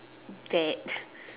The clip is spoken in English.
bad